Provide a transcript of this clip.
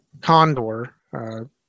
Condor